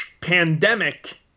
pandemic